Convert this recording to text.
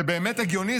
זה באמת הגיוני?